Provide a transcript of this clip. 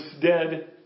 dead